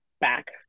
back